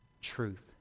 truth